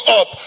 up